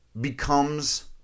becomes